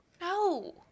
no